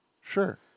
Sure